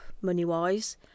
money-wise